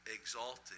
exalted